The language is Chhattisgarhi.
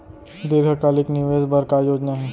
दीर्घकालिक निवेश बर का योजना हे?